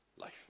life